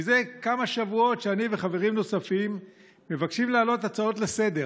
זה כמה שבועות שאני וחברים נוספים מבקשים להעלות הצעות לסדר-היום,